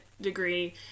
degree